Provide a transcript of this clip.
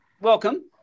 welcome